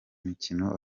mikino